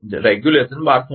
તેથી તે કિસ્સામાં આર એ 0